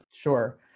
Sure